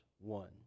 One